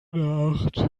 nacht